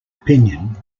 opinion